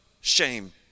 shame